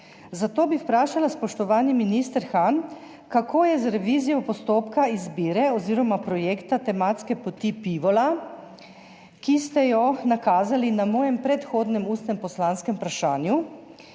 Zato bi vas vprašala, spoštovani minister Han: Kako je z revizijo postopka izbire oziroma projekta tematske poti Pivola, ki ste jo nakazali na mojem predhodnem ustnem poslanskem vprašanju?